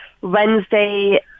wednesday